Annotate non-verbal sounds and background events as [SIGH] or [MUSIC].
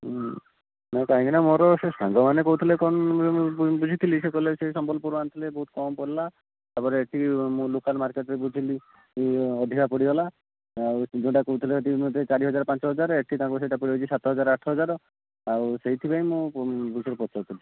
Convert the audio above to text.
କାହିଁକି ନା ମୋର ସେ ସାଙ୍ଗ ମାନେ କହୁଥିଲେ କ'ଣ [UNINTELLIGIBLE] ମୁଁ ବୁଝିଥିଲି ସେ କହିଲେ ସେ ସମ୍ବଲପୁର ରେ ଆଣିଥିଲେ ସେ ବହୁତ କମ୍ ପଡ଼ିଲା ତାପରେ ଏହିଠି ମୁଁ ଲୋକାଲ ମାର୍କେଟ ରେ ବୁଝିଲି ଅଧିକା ପଡ଼ିଗଲା ଆଉ ସେ ଯେଉଁଟା କହୁଥିଲେ ସେହିଠି ଚାରି ହଜାର ପାଞ୍ଚ ହଜାର ଏହିଠି ତାଙ୍କୁ ସେହିଟା ପଡ଼ିଯାଉଛି ସାତ ହଜାର ଆଠ ହଜାର ଆଉ ସେହିଥି ପାଇଁ ମୁଁ ଏ ବିଷୟରେ ପଚାରୁ ଥିଲି